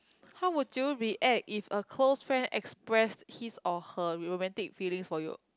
how would you react if a close friend express his or her romantic feelings for you